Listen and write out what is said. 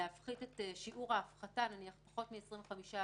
להפחית את שיעור ההפחתה נניח בפחות מ-25%,